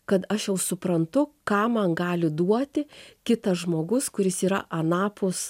kad aš jau suprantu ką man gali duoti kitas žmogus kuris yra anapus